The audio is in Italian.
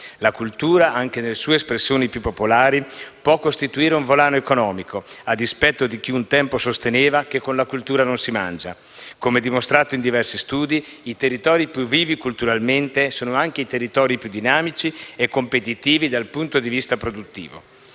La cultura, anche nelle sue espressioni più popolari, può costituire un volano economico, a dispetto di chi un tempo sosteneva che con la cultura non si mangia. Come dimostrato in diversi studi, i territori più vivi culturalmente sono anche i territori più dinamici e competitivi dal punto di vista produttivo.